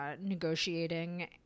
negotiating